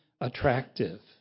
attractive